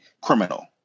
criminal